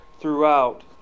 throughout